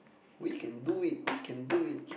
we can do it we can do it